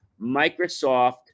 Microsoft